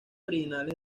originales